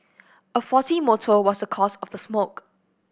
a faulty motor was the cause of the smoke